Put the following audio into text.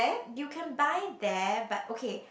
you can buy there but okay